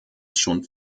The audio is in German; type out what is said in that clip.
schon